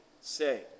say